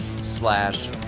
slash